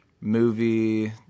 movie